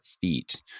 feet